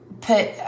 put